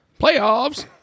playoffs